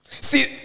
See